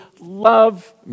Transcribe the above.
love